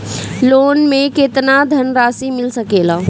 Loan मे केतना धनराशी मिल सकेला?